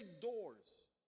doors